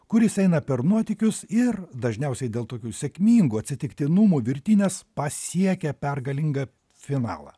kuris eina per nuotykius ir dažniausiai dėl tokių sėkmingų atsitiktinumų virtinės pasiekia pergalingą finalą